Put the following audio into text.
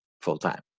full-time